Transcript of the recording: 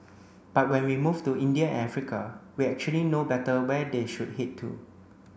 but when we move to India and Africa we actually know better where they should head to